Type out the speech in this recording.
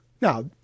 Now